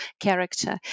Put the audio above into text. character